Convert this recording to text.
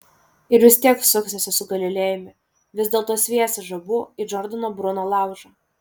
ir vis tiek suksiesi su galilėjumi vis dėlto sviesi žabų į džordano bruno laužą